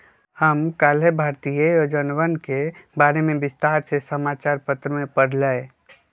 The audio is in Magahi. हम कल्लेह भारतीय योजनवन के बारे में विस्तार से समाचार पत्र में पढ़ लय